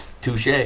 touche